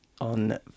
on